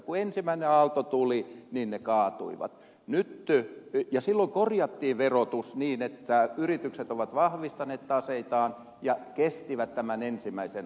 kun ensimmäinen aalto tuli niin ne kaatuivat ja silloin korjattiin verotus niin että yritykset ovat vahvistaneet taseitaan ja kestivät tämän ensimmäisen aallon